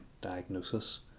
diagnosis